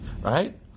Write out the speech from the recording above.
right